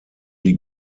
die